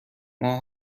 ماه